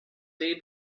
day